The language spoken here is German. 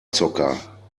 zocker